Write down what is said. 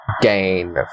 gain